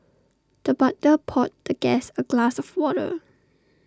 the butler poured the guest A glass of water